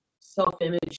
self-image